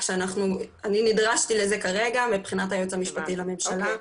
אני נדרשתי לזה כרגע מבחינת הייעוץ המשפטי לממשלה.